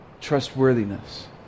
trustworthiness